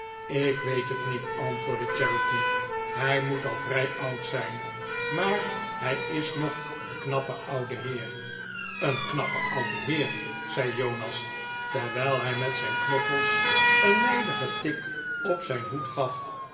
ik weet het niet antwoordde charity hij moet al vrij oud zijn maar hij is nog een knappe oude heer een knappe oude heer zei jonas terwijl hij met zijn knokkels een nijdigen tik op zijn hoed gaf